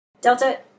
Delta